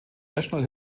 natural